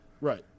Right